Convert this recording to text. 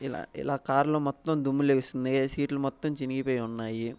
ఇలా ఇలా కార్లో మొత్తం దుమ్ము లేచింది సీట్లు మొత్తం చినిగిపోయి ఉన్నాయి